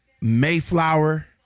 mayflower